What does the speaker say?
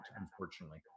unfortunately